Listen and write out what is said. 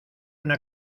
una